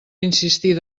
insistir